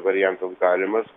variantas galimas